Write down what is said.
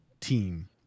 team